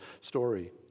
story